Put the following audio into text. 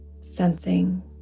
sensing